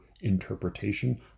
interpretation